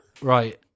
Right